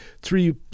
three